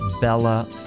bella